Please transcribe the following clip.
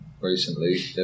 recently